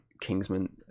Kingsman